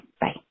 Bye